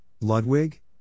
Ludwig